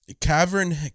Cavern